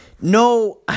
no